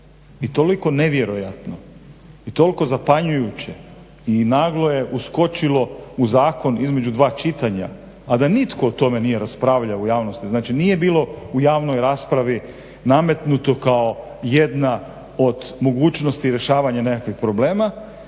i toliko nevjerojatno i toliko zapanjujuće i naglo je uskočilo u zakon između dva čitanja, a da nitko o tome nije raspravljao u javnosti, znači nije bilo u javnoj raspravi nametnuto kao jedna od mogućnosti rješavanja nekakvih problema